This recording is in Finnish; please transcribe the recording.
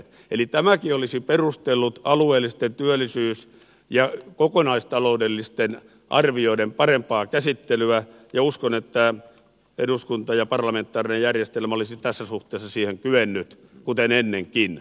eli tämäkin olisi perustellut alueellisten työllisyys ja kokonaistaloudellisten arvioiden parempaa käsittelyä ja uskon että eduskunta ja parlamentaarinen järjestelmä olisivat tässä suhteessa siihen kyenneet kuten ennenkin